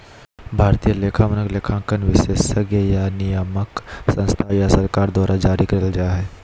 भारतीय लेखा मानक, लेखांकन विशेषज्ञ या नियामक संस्था या सरकार द्वारा जारी करल जा हय